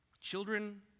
Children